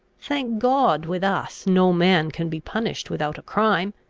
thank god, with us no man can be punished without a crime!